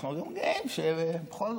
אנחנו גם גאים שבכל זאת,